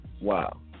wow